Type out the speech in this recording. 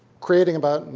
creating about,